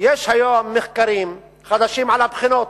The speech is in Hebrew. יש היום מחקרים חדשים על הבחינות,